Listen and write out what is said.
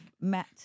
met